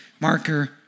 marker